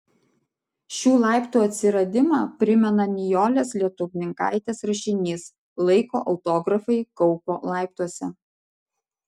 šių laiptų atsiradimą primena nijolės lietuvninkaitės rašinys laiko autografai kauko laiptuose